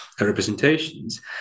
representations